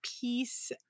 peace